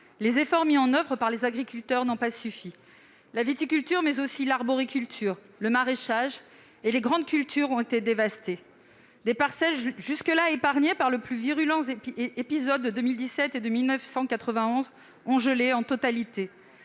les efforts mis en oeuvre par les agriculteurs n'ont pas suffi. La viticulture, mais aussi l'arboriculture, le maraîchage et les grandes cultures ont été dévastés. Des parcelles épargnées par les plus virulents épisodes de 2017 et de 1991 ont gelé en totalité.